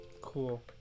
Cool